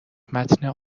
متن